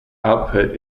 output